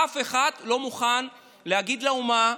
אף אחד לא מוכן להגיד לאומה: